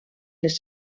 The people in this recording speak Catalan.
les